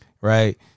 Right